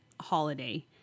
holiday